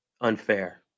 Unfair